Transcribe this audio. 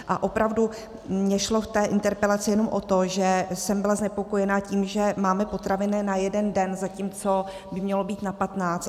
A opravdu mně šlo v té interpelaci jenom o to, že jsem byla znepokojena tím, že máme potraviny na jeden den, zatímco by mělo být na patnáct.